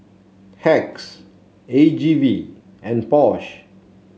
Hacks A G V and Porsche